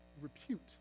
repute